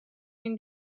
این